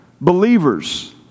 believers